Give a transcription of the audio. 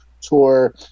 tour